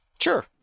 Sure